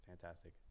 fantastic